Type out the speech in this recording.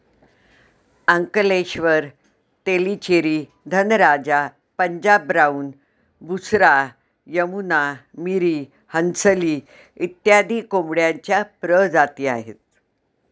Ankleshwar, Tellicherry, Dhanraja, Punjab brown, Busra, Yamuna, Miri, Hansli इत्यादी कोंबड्यांच्या प्रजाती आहेत